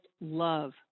love